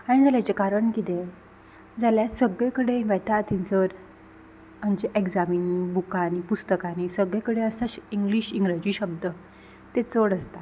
आनी जाल्यार हांचें कारण कितें जाल्यार सगळे कडेन वेता थंयसर आमच्या एग्जामी बुकांनी पुस्तकांनी सगळे कडेन आसा इंग्लीश इंग्रजी शब्द ते चड आसता